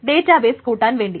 business കൂട്ടാൻ വേണ്ടി